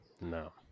No